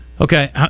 Okay